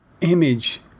image